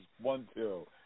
one-two